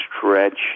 stretch